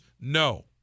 no